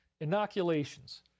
inoculations